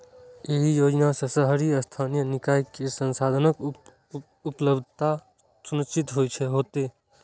एहि योजना सं शहरी स्थानीय निकाय कें संसाधनक उपलब्धता सुनिश्चित हेतै